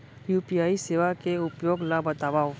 UPI सेवा के उपयोग ल बतावव?